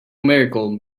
miracle